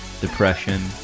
depression